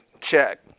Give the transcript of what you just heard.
check